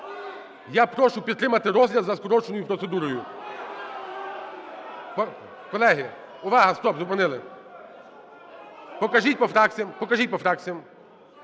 Я прошу підтримати розгляд за скороченою процедурою. (Шум у залі) Колеги, увага! Стоп, зупинили. Покажіть по фракціям, покажіть по фракціям.